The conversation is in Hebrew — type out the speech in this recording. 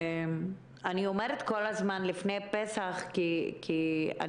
אני אומרת כל הזמן "לפני פסח" כי אני